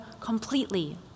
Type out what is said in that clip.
completely